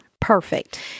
Perfect